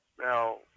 now